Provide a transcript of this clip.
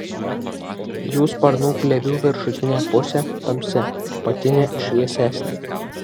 jų sparnų plėvių viršutinė pusė tamsi apatinė šviesesnė